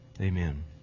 Amen